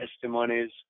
testimonies